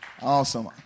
Awesome